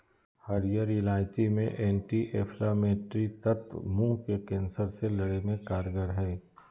हरीयर इलायची मे एंटी एंफलामेट्री तत्व मुंह के कैंसर से लड़े मे कारगर हई